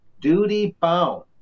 duty-bound